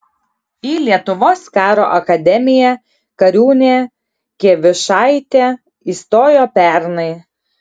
į lietuvos karo akademiją kariūnė kievišaitė įstojo pernai